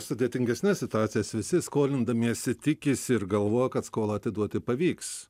sudėtingesnes situacijas visi skolindamiesi tikisi ir galvoja kad skolą atiduoti pavyks